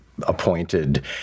appointed